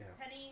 Penny